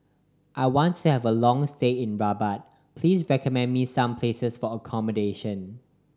I want to have a long stay in Rabat please recommend me some places for accommodation